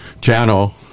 channel